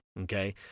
okay